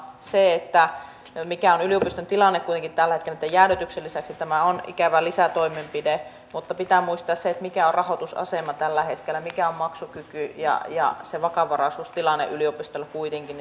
sitä ajatellen mikä on yliopistojen tilanne kuitenkin tällä hetkellä tämän jäädytyksen lisäksi tämä on ikävä lisätoimenpide mutta pitää muistaa se mikä on rahoitusasema tällä hetkellä mikä on maksukyky ja se vakavaraisuustilanne yliopistoilla kuitenkin